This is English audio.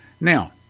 now